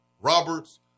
Roberts